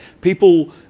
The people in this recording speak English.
people